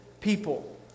people